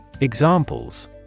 Examples